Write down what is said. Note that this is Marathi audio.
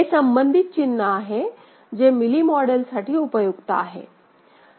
हे संबंधित चिन्ह आहे जे मिली मॉडेल साठी उपयुक्त आहे